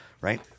right